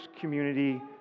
community